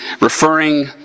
referring